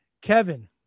Kevin